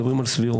מדברים על סבירות.